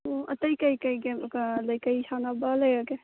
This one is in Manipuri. ꯑꯣ ꯑꯇꯩ ꯀꯔꯤ ꯀꯔꯤ ꯒꯦꯝꯒ ꯀꯔꯤ ꯁꯥꯟꯅꯕ ꯂꯩꯔꯒꯦ